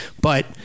But-